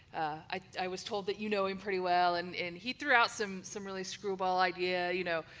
i was told that you know him pretty well, and and he threw out some some really screw ball idea, you know,